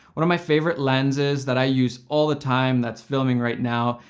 one of my favorite lenses that i use all the time, that's filming right now,